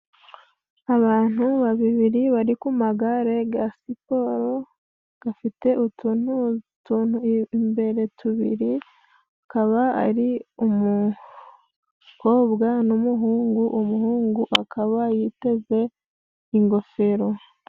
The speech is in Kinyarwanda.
Abantu babiri bari ku magare ga Siporo, gafite utuntu imbe tubiri. Akaba ari umukobwa n'umuhungu, umuhungu akaba yiteze ingofero.